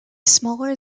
smaller